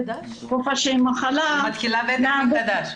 מתחילה מחדש.